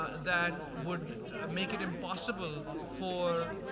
that would make it impossible for